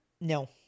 No